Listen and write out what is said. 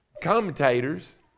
commentators